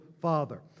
father